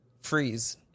freeze